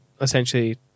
essentially